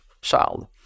child